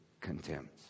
contempt